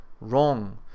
Wrong